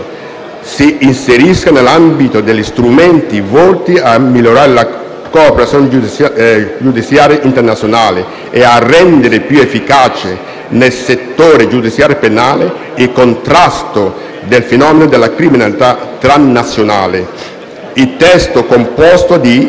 si inserisca nell'ambito degli strumenti volti a migliorare la cooperazione giudiziaria internazionale e a rendere più efficace, nel settore giudiziario penale, il contrasto del fenomeno della criminalità transnazionale. Il testo, composto di